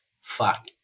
Fuck